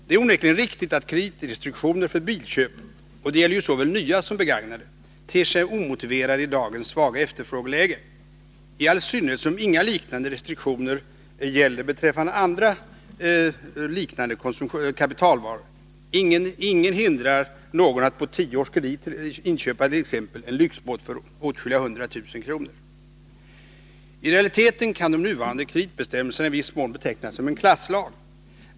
Det är onekligen riktigt att kreditrestriktioner för bilköp — och det gäller såväl nya som begagnade bilar — ter sig omotiverade i dagens svaga efterfrågeläge, i all synnerhet som inga liknande restriktioner gäller beträffande andra liknande kapitalvaror. Ingenting hindrar någon att på tio års kredit inköpa t.ex. en lyxbåt för åtskilliga hundra tusen kronor. I realiteten kan de nuvarande kreditbestämmelserna i viss mån betecknas som en klasslag.